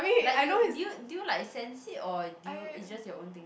like you did you did you like sense it or did you it's just your own thing